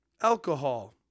alcohol